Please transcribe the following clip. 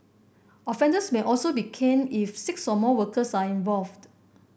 offenders may also be caned if six or more workers are involved